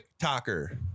TikToker